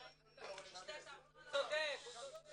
הוא צודק.